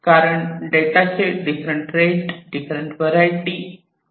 कारण डेटाचे different rate आणि डिफरंट वरायटी असू शकेल